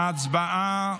הצבעה.